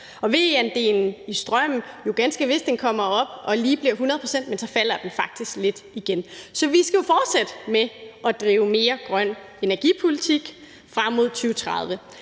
VE-andelen i strømmen kommer jo ganske vist op og lige bliver 100 pct., men så falder den faktisk lidt igen. Så vi skal jo fortsætte med at drive mere grøn energipolitik frem mod 2030.